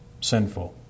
sinful